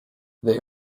they